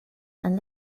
and